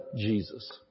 Jesus